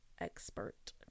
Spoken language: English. expert